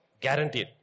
Guaranteed